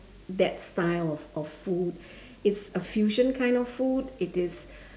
that style of of food it's a fusion kind of food it is